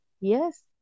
Yes